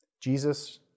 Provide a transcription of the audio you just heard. Jesus